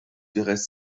bereits